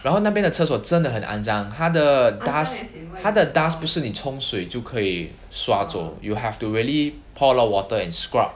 然后那边的厕所真的很肮脏他的 dust 他的 dust 不是冲水就可以耍做 you'll have to really pour a lot of water and scrub